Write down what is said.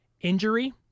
injury